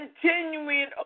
continuing